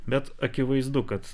bet akivaizdu kad